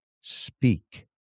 speak